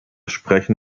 sprechen